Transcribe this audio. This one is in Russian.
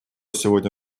сегодня